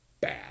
bad